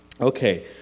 Okay